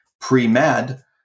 pre-med